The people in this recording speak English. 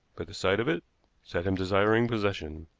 but the sight of it set him desiring possession.